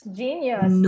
genius